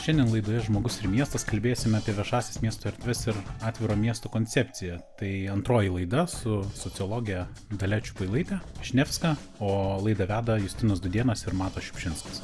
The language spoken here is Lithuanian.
šiandien laidoje žmogus ir miestas kalbėsime apie viešąsias miesto erdves ir atviro miesto koncepciją tai antroji laida su sociologe dalia čiupailaite višnevska o laidą veda justinas dūdėnas ir matas šiupšinskas